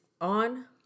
on